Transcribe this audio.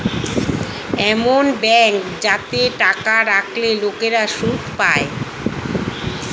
এমন ব্যাঙ্ক যাতে টাকা রাখলে লোকেরা সুদ পায়